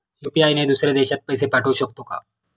UPI ने दुसऱ्या देशात पैसे पाठवू शकतो का?